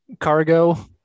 cargo